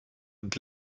und